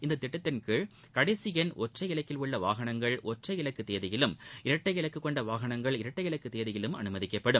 இத்திட்டத்தின் கீழ் கடைசி எண் ஒற்றை இலக்கில் உள்ள வாகனங்கள் ஒற்றை இலக்கு தேதியிலும் இரட்டை இலக்கு கொண்ட வாகனங்கள் இரட்டை இலக்கு தேதியிலும் அனுமதிக்கப்படும்